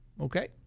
okay